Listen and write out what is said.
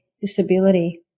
disability